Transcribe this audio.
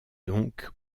donc